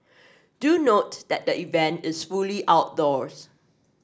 do note that the event is fully outdoors